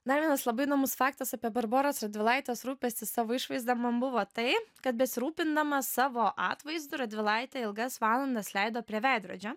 dar vienas labai įdomus faktas apie barboros radvilaitės rūpestį savo išvaizda man buvo tai kad besirūpindama savo atvaizdu radvilaitė ilgas valandas leido prie veidrodžio